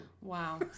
Wow